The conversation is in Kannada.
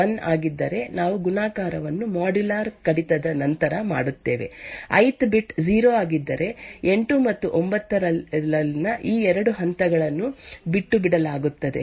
ಐಥ್ 1 ಆಗಿದ್ದರೆ ನಾವು ಗುಣಾಕಾರವನ್ನು ಮಾಡ್ಯುಲರ್ ಕಡಿತದ ನಂತರ ಮಾಡುತ್ತೇವೆ ಐಥ್ ಬಿಟ್ 0 ಆಗಿದ್ದರೆ 8 ಮತ್ತು 9 ರಲ್ಲಿನ ಈ 2 ಹಂತಗಳನ್ನು ಬಿಟ್ಟುಬಿಡಲಾಗುತ್ತದೆ